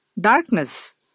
Darkness